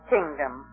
Kingdom